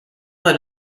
led